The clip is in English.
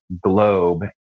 globe